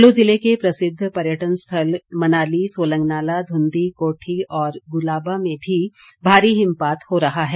कुल्लू जिले के प्रसिद्ध पर्यटन स्थल मनाली सोलंगनाला घुंधी कोठी और गुलाबा में भी भारी हिमपात हो रहा है